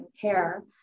care